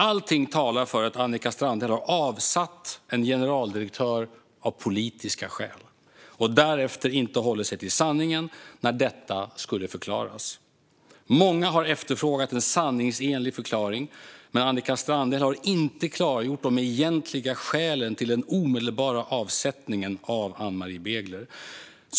Allting talar för att Annika Strandhäll har avsatt en generaldirektör av politiska skäl och därefter inte hållit sig till sanningen när detta skulle förklaras. Många har efterfrågat en sanningsenlig förklaring, men Annika Strandhäll har inte klargjort de egentliga skälen till den omedelbara avsättningen av Ann-Marie Begler.